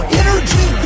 energy